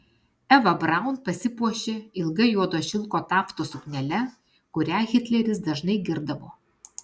eva braun pasipuošė ilga juodo šilko taftos suknele kurią hitleris dažnai girdavo